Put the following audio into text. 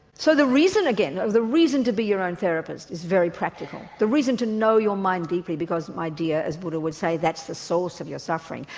so the reason, again, the reason to be your own therapist is very practical. the reason to know your mind deeply because my dear as buddha would say that's the source of your suffering,